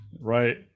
Right